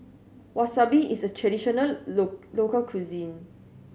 wasabi is a traditional local cuisine